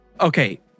okay